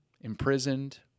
imprisoned